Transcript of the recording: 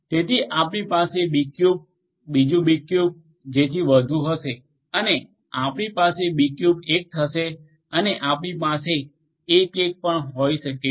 તેથી આપણી પાસે બીક્યુબ બીજું બીક્યુબ અને જેથી વધુ હશે અને આ આપણું બીક્યુબ 1 થશે અને આપણી પાસે 1 1 પણ હોઈ શકે છે